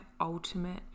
ultimate